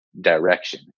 direction